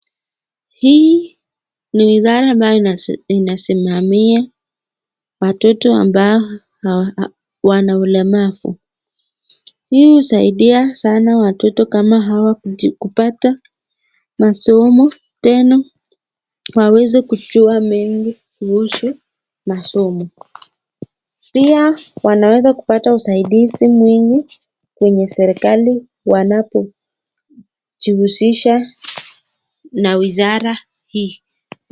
Hii ni wizara ambayo inasimamia watoto ambao wana ulemavu, hii husaidia watoto kama hawa kupata masomo, tena waweze kujua mengi kuhusu masomo, pia wanaweza kupata usaidizi mwingi kwenye serikali wanapo jihusisha na wizara hii.